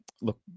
Look